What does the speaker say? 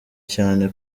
cyane